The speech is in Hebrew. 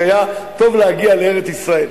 כי היה טוב להגיע לארץ-ישראל.